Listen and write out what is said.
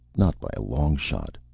not by a long shot.